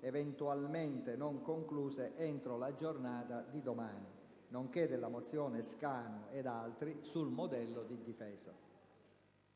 eventualmente non concluse entro la giornata di domani, nonché della mozione Scanu ed altri sul modello di difesa.